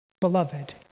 Beloved